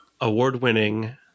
award-winning